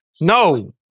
no